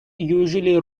usually